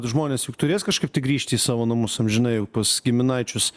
žmonės juk turės kažkaip tai grįžti į savo namus amžinai jau pas giminaičius